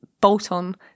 bolt-on